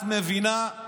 את מבינה?